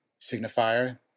signifier